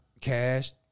cash